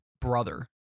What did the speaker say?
brother